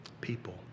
people